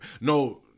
No